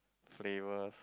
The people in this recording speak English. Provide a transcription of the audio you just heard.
flavours